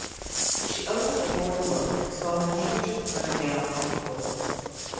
she opened the door to look, and saw the handkerchief thrown down on the floor.